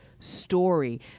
story